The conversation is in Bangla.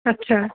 আচ্ছা